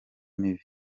mibi